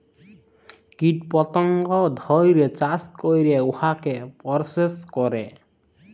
কীট পতঙ্গ ধ্যইরে চাষ ক্যইরে উয়াকে পরসেস ক্যরে